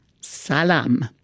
salam